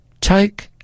take